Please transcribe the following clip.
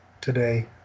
today